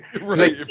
Right